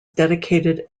dedicated